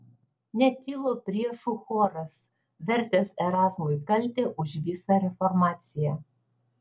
netilo priešų choras vertęs erazmui kaltę už visą reformaciją